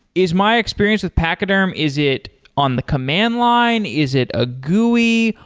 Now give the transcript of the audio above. is my experience with pachyderm, is it on the command line? is it a gui?